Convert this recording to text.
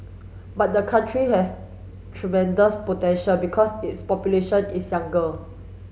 but the country has tremendous potential because its population is younger